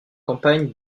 campagne